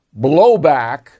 blowback